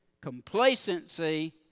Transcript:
Complacency